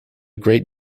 great